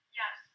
yes